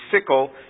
sickle